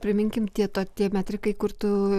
priminkim tie tokie metrikai kur tu